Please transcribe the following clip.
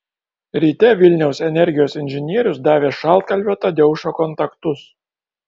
ryte vilniaus energijos inžinierius davė šaltkalvio tadeušo kontaktus